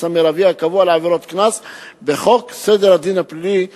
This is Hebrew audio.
המרבי הקבוע לעבירות קנס בחוק סדר הדין הפלילי .